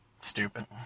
stupid